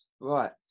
right